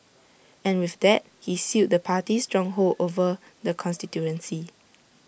and with that he sealed the party's stronghold over the constituency